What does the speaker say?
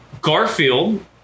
Garfield